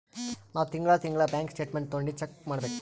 ನಾವ್ ತಿಂಗಳಾ ತಿಂಗಳಾ ಬ್ಯಾಂಕ್ ಸ್ಟೇಟ್ಮೆಂಟ್ ತೊಂಡಿ ಚೆಕ್ ಮಾಡ್ಬೇಕ್